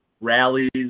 rallies